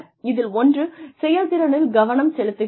இதில் ஒன்று செயல்திறனில் கவனம் செலுத்துகிறது